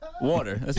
Water